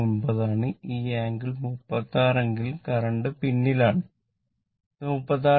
29 ആണ് ഈ ആംഗിൾ 36 അല്ലെങ്കിൽ കറന്റ് പിന്നിലാണ് ഇത് 36